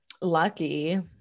lucky